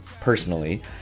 personally